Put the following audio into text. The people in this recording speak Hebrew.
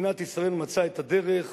מדינת ישראל מצאה את הדרך